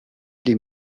les